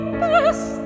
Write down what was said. best